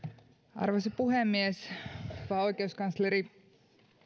arvoisa puhemies hyvä oikeuskansleri